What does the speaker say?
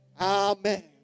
Amen